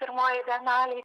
pirmojoj bienalėj